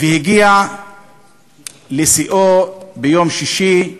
והגיע לשיאו ביום שישי,